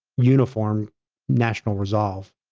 uniform national resolve.